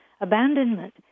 Abandonment